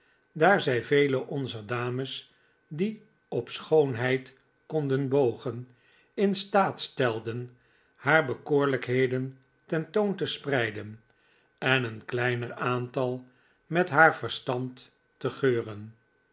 daar zij vele onzer dames die op schoonheid konden bogen in staat stelden haar bekoorlijkheden ten toon te spreiden en een kleiner aantal met haar verstand te geuren